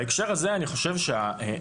בהקשר הזה אני חושב שהעקרונות,